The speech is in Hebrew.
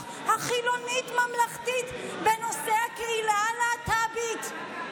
החילונית-ממלכתית בנושא הקהילה הלהט"בית?